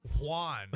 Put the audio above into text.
Juan